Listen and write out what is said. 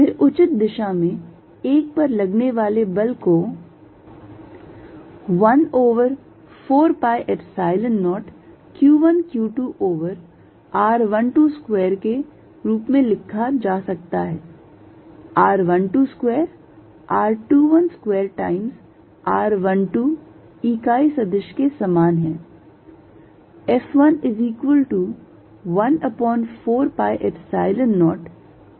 फिर उचित दिशा में 1 पर लगने वाले बल को 1 over 4 pi Epsilon 0 q1 q2 over r12 square के रूप में लिखा जा सकता है r12 square r21 square times r 1 to 2 इकाई सदिश के समान है